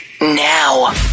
now